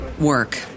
work